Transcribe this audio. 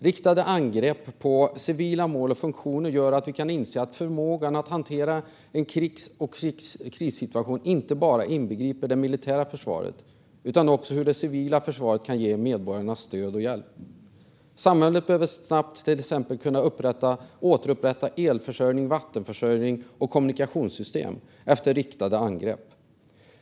Riktade angrepp på civila mål och funktioner gör att vi kan inse att förmågan att hantera en krigs eller krissituation inte bara inbegriper det militära försvaret utan också hur det civila försvaret kan ge medborgarna stöd och hjälp. Samhället behöver till exempel snabbt kunna återupprätta elförsörjning, vattenförsörjning och kommunikationssystem efter riktade angrepp.